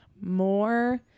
more